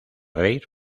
reír